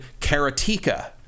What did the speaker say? Karatika